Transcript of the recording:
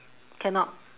cannot